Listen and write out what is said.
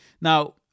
Now